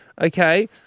Okay